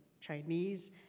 Chinese